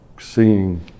seeing